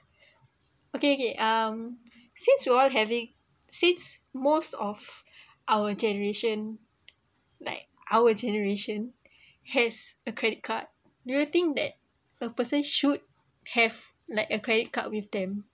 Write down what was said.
okay okay um since you all having since most of our generation like our generation has a credit card do you think that a person should have like a credit card with them